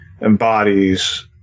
embodies